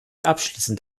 abschließend